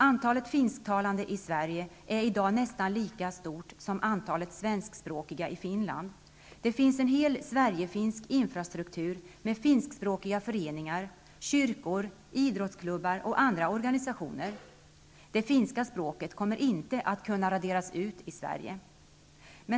Antalet finsktalande i Sverige är i dag nästan lika stort som antalet svenskspråkiga i Finland. Det finns en hel sverigefinsk infrastruktur med finskspråkiga föreningar, kyrkor, idrottsklubbar och andra organisationer. Det finska språket kommer inte att kunna raderas ut i Sverige!